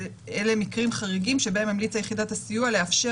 אלה מקרים חריגים שבהם ממליצה יחידת הסיוע לאפשר